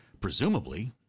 presumably